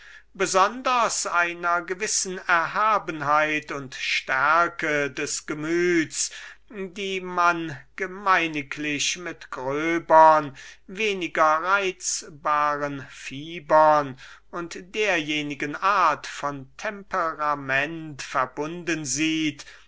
vorzüglich einer gewissen erhabenheit und stärke des gemüts die man gemeiniglich mit gröbern weniger reizbaren fibern und derjenigen art von temperament verbunden sieht